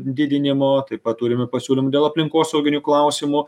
didinimo taip pat turime pasiūlymų dėl aplinkosauginių klausimų